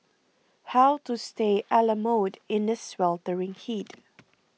how to stay a La mode in the sweltering heat